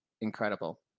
incredible